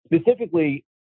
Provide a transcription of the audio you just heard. specifically